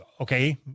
okay